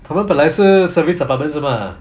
他们本来是 service apartment 是 mah